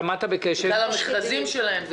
בגלל המכרזים שלהם,